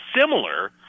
similar